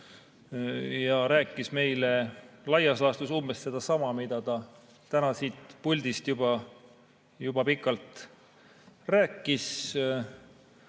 ja rääkis meile laias laastus umbes sedasama, mida ta täna siit puldist pikalt rääkis.